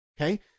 okay